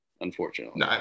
unfortunately